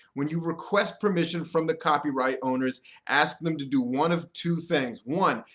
when you request permission from the copyright owners, ask them to do one of two things. one,